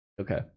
Okay